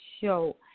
show